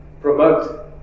promote